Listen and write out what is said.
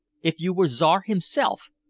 if you were czar himself,